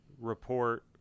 report